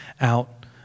out